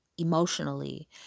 emotionally